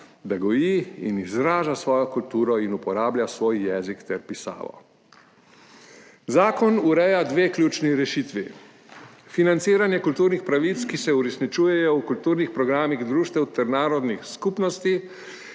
da goji in izraža svojo kulturo in uporablja svoj jezik ter pisavo. Zakon ureja dve ključni rešitvi – financiranje kulturnih pravic, ki se uresničujejo v kulturnih programih društev ter narodnih skupnosti,